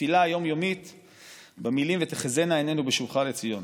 בתפילה היום-יומית במילים: "ותחזינה עינינו בשובך לציון".